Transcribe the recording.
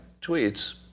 tweets